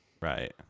Right